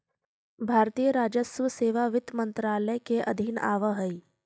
भारतीय राजस्व सेवा वित्त मंत्रालय के अधीन आवऽ हइ